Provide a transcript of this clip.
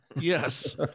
Yes